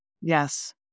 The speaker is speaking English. Yes